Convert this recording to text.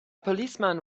policeman